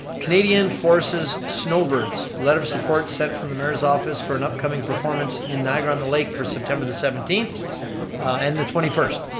canadian forces snowbirds, letter of support sent from the mayor's office for an upcoming performance in niagara on the lake for september the seventeenth and the twenty first.